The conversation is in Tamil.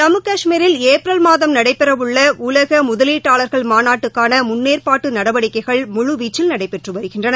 ஜம்மு கஷ்மீரில் ஏப்ரல் மாதம் நடைபெறவுள்ள உலக முதலீட்டாளா்கள் மாநாட்டுக்கான முன்னேற்பாட்டு நடவடிக்கைகள் முழுவீச்சில் நடைபெற்று வருகின்றன